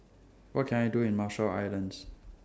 What Can I Do in Marshall Islands